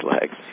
legs